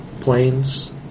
planes